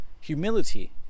humility